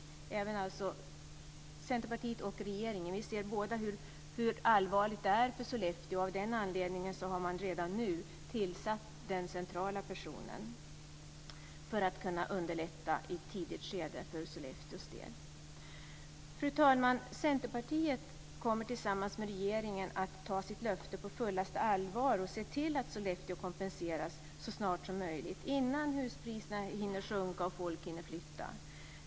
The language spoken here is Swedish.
Vi ser både från Centerpartiet och från regeringen hur allvarligt läget är för Sollefteå, och av den anledningen har redan nu den centrala personen tillsatts för att underlätta arbetet i ett tidigt skede för Fru talman! Centerpartiet kommer att ta sitt löfte tillsammans med regeringen på fullaste allvar och se till att Sollefteå kompenseras så snart som möjligt - innan huspriserna hinner sjunka och folk hinner flytta.